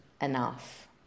enough